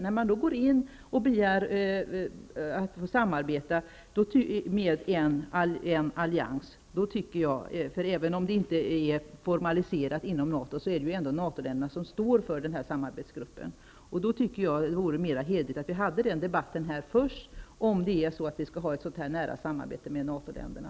När man då begär att få samarbeta med en allians — även om detta inte är formaliserat inom NATO är det ju ändå NATO-länderna som står för denna samarbetsgrupp — tycker jag att det vore hederligare att först ha en debatt här om huruvida vi kan ha ett sådant nära samarbete med NATO-länderna.